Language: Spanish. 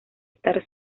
estar